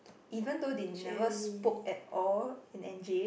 even though they never spoke at all in Anjib